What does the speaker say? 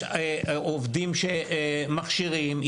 יש עובדים שמכשירים,